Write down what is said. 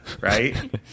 right